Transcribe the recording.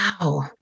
Wow